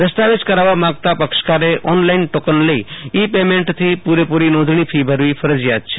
દસ્તાવેજ કરાવવા માંગતા પક્ષકારે ઓનલાઇન ટોકન લઈ ઈ પેમેન્ટથી પૂરેપૂરી નોંધણી ફી ભરવી ફરજિયાત છે